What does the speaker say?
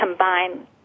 combine